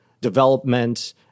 development